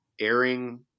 airing